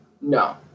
No